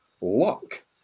luck